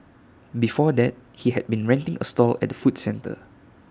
before that he had been renting A stall at the food centre